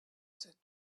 said